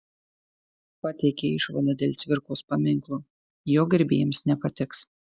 pateikė išvadą dėl cvirkos paminklo jo gerbėjams nepatiks